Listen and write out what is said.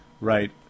Right